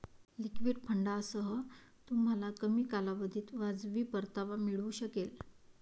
liquid फंडांसह, तुम्हाला कमी कालावधीत वाजवी परतावा मिळू शकेल